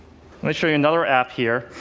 me show you another app here.